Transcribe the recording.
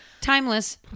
Timeless